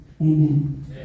Amen